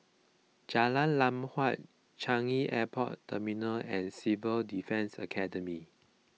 Jalan Lam Huat Changi Airport Terminal and Civil Defence Academy